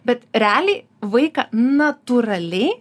bet realiai vaiką natūraliai